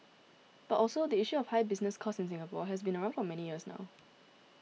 but also the issue of high business costs in Singapore has been around for many years now